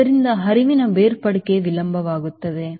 ಆದ್ದರಿಂದ ಹರಿವಿನ ಬೇರ್ಪಡಿಕೆ ವಿಳಂಬವಾಗುತ್ತದೆ